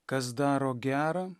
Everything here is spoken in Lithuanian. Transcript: kas daro gera